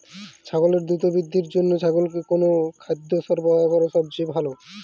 ছাগলের দ্রুত বৃদ্ধির জন্য ছাগলকে কোন কোন খাদ্য সরবরাহ করা সবচেয়ে ভালো?